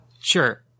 Sure